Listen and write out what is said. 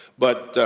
but,